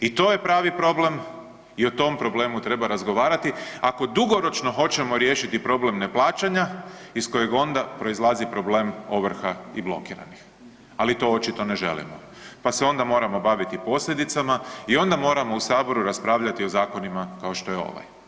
I to je pravi problem i o tom problemu treba razgovarati ako dugoročno hoćemo riješiti problem neplaćanja iz kojeg onda proizlazi problem ovrha i blokiranih, ali to očito ne želimo pa se onda moramo baviti posljedicama i onda moramo u saboru raspravljati o zakonima kao što je ovaj.